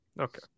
Okay